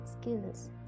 skills